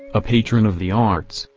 a patron of the arts,